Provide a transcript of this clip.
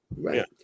Right